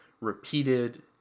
repeated